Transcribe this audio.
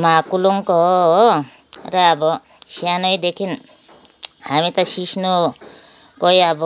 म हाकुलुङको हो हो र अब सानैदेखि हामी त सिस्नो कोही अब